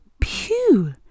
pew